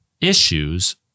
Issues